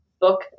book